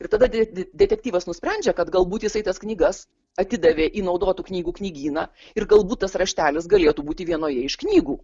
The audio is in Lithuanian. ir tada de detektyvas nusprendžia kad galbūt jisai tas knygas atidavė į naudotų knygų knygyną ir galbūt tas raštelis galėtų būti vienoje iš knygų